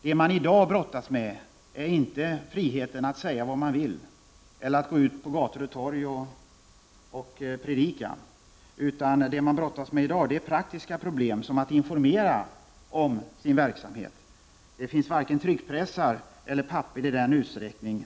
Det man i dag har problem med är inte friheten att säga vad man vill eller att gå ut på gator och torg och predika, utan vad man i dag brottas med är praktiska problem, såsom att informera om sin verksamhet. Det finns fortfarande varken tryckpressar eller papper i erforderlig utsträckning.